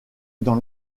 dans